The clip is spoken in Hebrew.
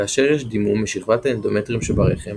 כאשר יש דימום משכבת האנדומטריום שברחם,